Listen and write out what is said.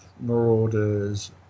Marauders